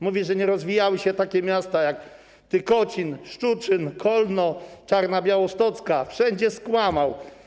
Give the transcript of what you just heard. Mówi, że nie rozwijały się takie miasta, jak Tykocin, Szczuczyn, Kolno, Czarna Białostocka - wszędzie skłamał.